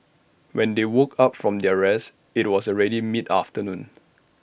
when they woke up from their rest IT was already mid afternoon